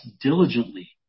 diligently